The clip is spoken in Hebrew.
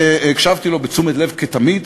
הקשבתי לו בתשומת לב כתמיד,